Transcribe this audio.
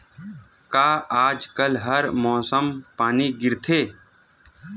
का आज कल हर मौसम पानी गिरथे?